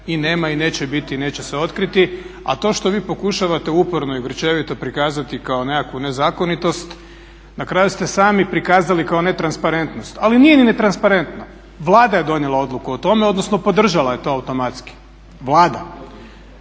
I nema i neće biti, neće se otkriti. A to što vi pokušavate uporno i grčevito prikazati kao nekakvu nezakonitost na kraju ste sami prikazali kao netransparentnost ali nije ni netransparentno, Vlada je donijela odluku o tome, odnosno podržala je to automatski. Vlada.